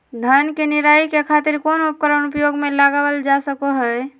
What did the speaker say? धान के निराई के खातिर कौन उपकरण उपयोग मे लावल जा सको हय?